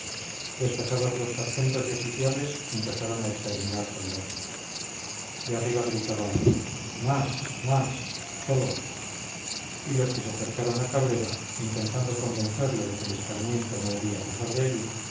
despachados los sargentos y oficiales empezaron a exterminar soldados de arriba gritaban más más todos y los que se acercaron a cabrera intentando convencerle de que el escarmiento no debía pasar de allí